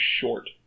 short